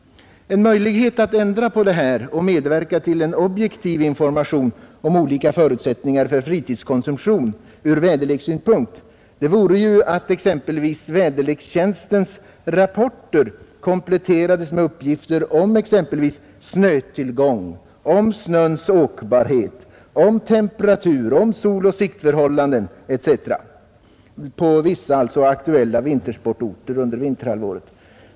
En möjlighet att ändra på detta och medverka till en objektiv information om olika förutsättningar för fritidskonsumtion ur väderlekssynpunkt vore att väderlekstjänstens rapporter kompletterades med uppgifter om snötillgång, snöns åkbarhet, temperatur, soloch siktförhållanden etc. på aktuella vintersportorter under vinterhalvåret.